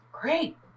great